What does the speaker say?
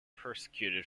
persecuted